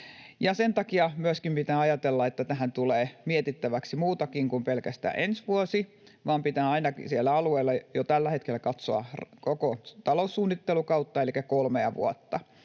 Sen takia myöskin pitää ajatella, että tähän tulee mietittäväksi muutakin kuin pelkästään ensi vuosi. Pitää siellä alueilla jo tällä hetkellä katsoa ainakin koko taloussuunnittelukautta elikkä kolmea vuotta